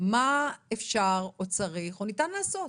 מה אפשר או צריך או ניתן לעשות?